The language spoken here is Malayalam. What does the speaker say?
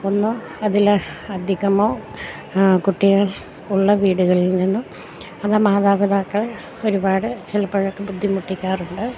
ഒന്നും അതില് അധികമോ കുട്ടികൾ ഉള്ള വീടുകളിൽ നിന്നും അതു മാതാപിതാക്കള് ഒരുപാട് ചിലപ്പോഴൊക്കെ ബുദ്ധിമുട്ടിക്കാറുണ്ട്